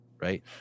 Right